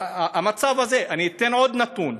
המצב הזה, אני אתן עוד נתון: